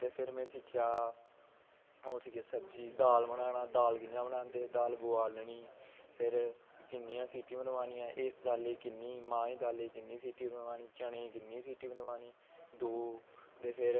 ते फिर में सिक्खेआ ओह् सिक्खेआ सब्जी दाल बनाना दाल कि'यां बनांदे दाल बोआलनी फिर कि'न्नियां सीटियां मरवानियां इस दाली गी कि'न्नी मांहें दी दालै ई कि'न्नी सीटी मरवानी चनें ई कि'न्नी सीटी मरवानी दो ते फिर